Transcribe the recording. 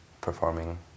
performing